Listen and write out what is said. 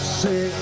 say